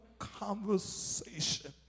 conversation